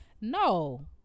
No